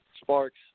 Sparks